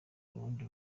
ubundi